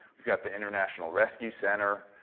we've got the international rescue center.